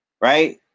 right